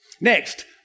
Next